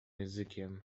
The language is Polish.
językiem